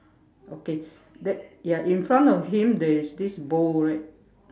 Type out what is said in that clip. okay there ya in front of him there is this bowl right